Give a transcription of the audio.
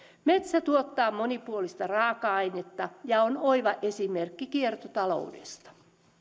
metsä tuottaa monipuolista raaka ainetta ja on oiva esimerkki kiertotaloudesta